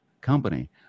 company